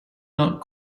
not